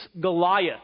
Goliath